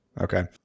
okay